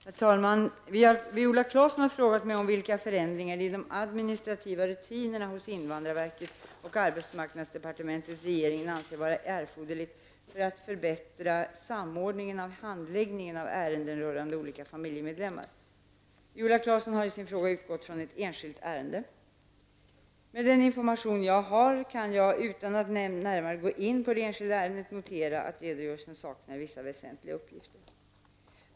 Herr talman! Viola Claesson har frågat mig om vilka förändringar i de administrativa rutinerna hos invandrarverket och arbetsmarknadsdepartementet regeringen anser vara erforderliga för att förbättra samordningen av handläggningen av ärenden rörande olika familjemedlemmar. Viola Claesson har i sin fråga utgått från ett enskilt ärende. Med den information jag har, kan jag -- utan att närmare gå in på det enskilda ärendet -- notera att det i redogörelsen saknas vissa väsentliga uppgifter.